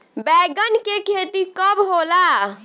बैंगन के खेती कब होला?